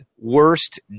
worst